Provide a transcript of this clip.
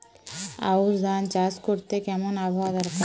আউশ ধান চাষ করতে কেমন আবহাওয়া দরকার?